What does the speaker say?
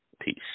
Peace